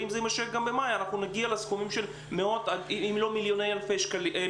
ואם זה יימשך גם במאי נגיע לסכומים של מאות אם לא מיליוני שקלים.